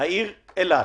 העיר אילת